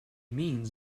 means